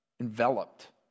enveloped